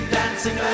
dancing